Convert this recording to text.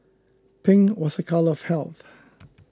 pink was a colour of health